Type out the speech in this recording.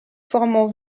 formant